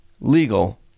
legal